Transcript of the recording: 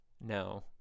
No